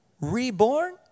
reborn